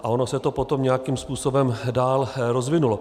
A ono se to potom nějakým způsobem dál rozvinulo.